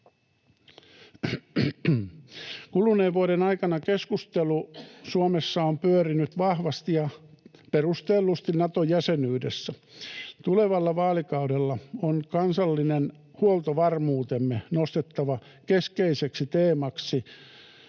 Kuluneen vuoden aikana keskustelu Suomessa on pyörinyt vahvasti ja perustellusti Nato-jäsenyydessä. Tulevalla vaalikaudella on kansallinen huoltovarmuutemme nostettava keskeiseksi teemaksi